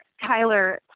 Tyler